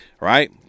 Right